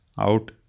out